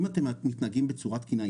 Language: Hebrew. אם אתם מתנהגים בצורה תקינה,